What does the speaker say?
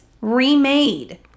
remade